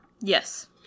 Yes